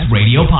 Radio